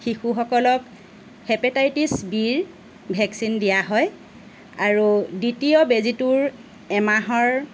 শিশুসকলক হেপেটাইচিছ বিৰ ভেকচিন দিয়া হয় আৰু দ্বিতীয় বেজীটোৰ এমাহৰ